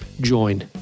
join